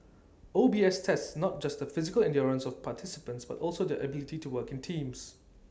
O B S tests not just the physical endurance of participants but also their ability to work in teams